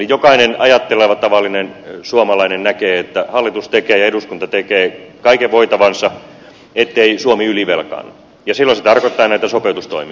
eli jokainen ajatteleva tavallinen suomalainen näkee että hallitus ja eduskunta tekevät kaiken voitavansa ettei suomi ylivelkaannu ja silloin se tarkoittaa näitä sopeutustoimia